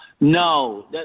No